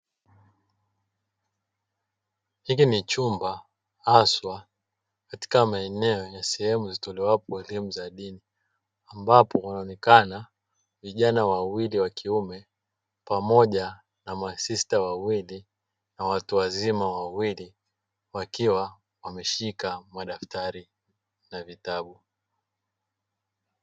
Hiki ni chumba haswa katika maeneo yenye sehemu zitolewapo elimu za dini, Ambapo wanaonekana vijana wawili wa kiume pamoja na masista wawili na watu wazima wawili, wakiwa wameshika madaftari na vitabu.